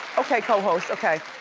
okay, cohost, okay.